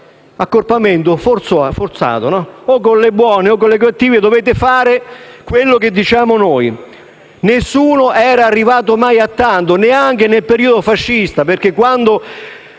Accorpamento forzato: o con le buone o con le cattive, dovete fare quello che diciamo noi. Nessuno era mai arrivato a tanto, neanche nel periodo fascista: il Fascismo, quando